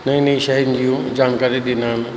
नईं नईं शयुनि जूं जानकारी ॾींदा आहिनि